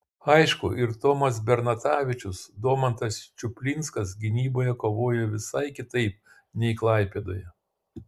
aišku ir tomas bernatavičius domantas čuplinskas gynyboje kovojo visai kitaip nei klaipėdoje